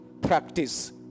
practice